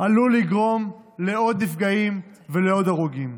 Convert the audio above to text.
עלול לגרום לעוד נפגעים ולעוד הרוגים.